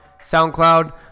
SoundCloud